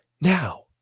now